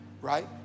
right